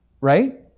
right